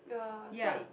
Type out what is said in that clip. ya